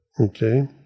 okay